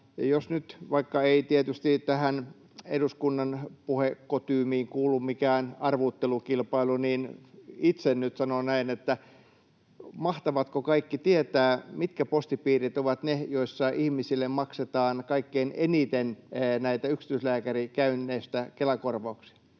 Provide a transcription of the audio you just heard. Ja jos vaikka nyt tietysti tähän eduskunnan puhekotyymiin ei kuulu mikään arvuuttelukilpailu, niin itse nyt sanon näin, että mahtavatko kaikki tietää, mitkä postipiirit ovat ne, joissa ihmisille maksetaan kaikkein eniten näistä yksityislääkärikäynneistä Kela-korvauksia.